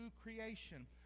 creation